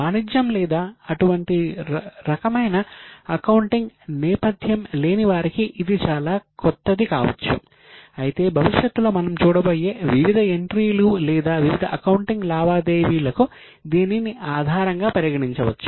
వాణిజ్యం లేదా అటువంటి రకమైన అకౌంటింగ్ నేపథ్యం లేనివారికి ఇది చాలా క్రొత్తది కావచ్చు అయితే భవిష్యత్తులో మనము చూడబోయే వివిధ ఎంట్రీలు లేదా వివిధ అకౌంటింగ్ లావాదేవీలకు దీనిని ఆధారంగా పరిగణించవచ్చు